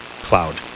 cloud